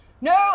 No